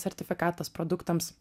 sertifikatas produktams